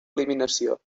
eliminació